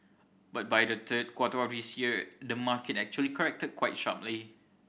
but by the third quarter of this year the market actually corrected quite sharply